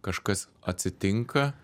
kažkas atsitinka